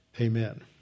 Amen